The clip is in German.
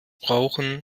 brauchen